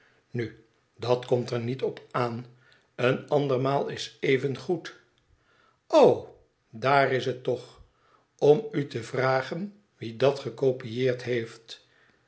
nu dat komt er niet op aan een andermaal is even goed o daar is het toch om u te vragen wie dat gekopieerd heeft